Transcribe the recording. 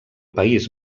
país